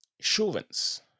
assurance